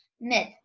Myth